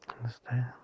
Understand